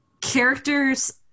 characters